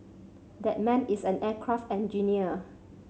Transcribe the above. that man is an aircraft engineer